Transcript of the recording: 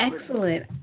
Excellent